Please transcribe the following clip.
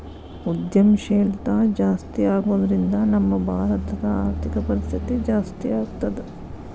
ಉದ್ಯಂಶೇಲ್ತಾ ಜಾಸ್ತಿಆಗೊದ್ರಿಂದಾ ನಮ್ಮ ಭಾರತದ್ ಆರ್ಥಿಕ ಪರಿಸ್ಥಿತಿ ಜಾಸ್ತೇಆಗ್ತದ